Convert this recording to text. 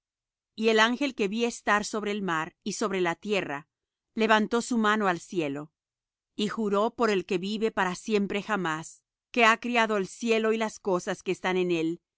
y el ángel que vi estar sobre el mar y sobre la tierra levantó su mano al cielo y juró por el que vive para siempre jamás que ha criado el cielo y las cosas que están en él